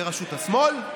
ברשות השמאל?